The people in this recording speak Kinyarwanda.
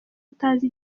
utazi